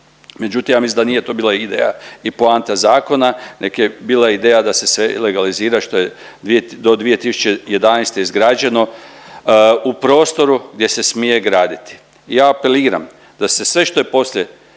Međutim, ja mislim da nije to bila ideja i poanta zakona neg je bila ideja da se sve legalizira što je do 2011 izgrađeno u prostoru gdje se smije graditi. Ja apeliram da se sve što je poslije